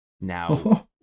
Now